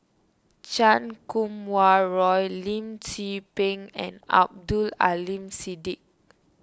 Chan Kum Wah Roy Lim Tze Peng and Abdul Aleem Siddique